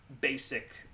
basic